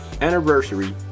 anniversary